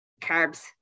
Carbs